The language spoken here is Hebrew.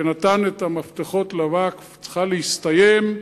שנתן את המפתחות לווקף, צריכה להסתיים,